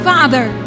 Father